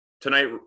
tonight